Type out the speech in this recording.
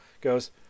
goes